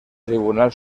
tribunal